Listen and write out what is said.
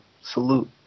salute